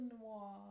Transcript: Noir